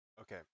Okay